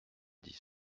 dix